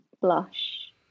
blush